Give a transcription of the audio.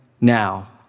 Now